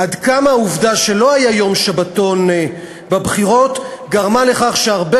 עד כמה העובדה שלא היה יום שבתון בבחירות גרמה לכך שהרבה